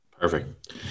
Perfect